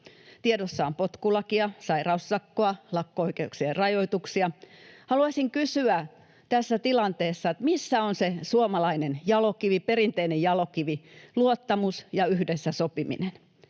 Tiedossa on potkulakia, sairaussakkoa, lakko-oikeuksien rajoituksia. Haluaisin kysyä tässä tilanteessa, missä on se suomalainen jalokivi, perinteinen jalokivi: luottamus ja yhdessä sopiminen.